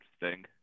interesting